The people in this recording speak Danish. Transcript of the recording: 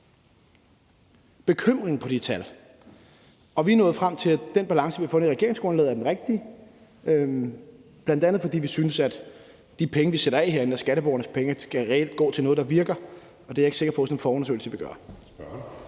bekymring på de tal. Vi er nået frem til, at den balance, vi har fundet i regeringsgrundlaget, er den rigtige, bl.a. fordi vi synes, at de penge, vi sætter af herinde, som er skatteborgernes penge, reelt skal gå til noget, der virker, og det er jeg ikke sikker på at sådan en forundersøgelse vil gøre.